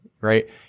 right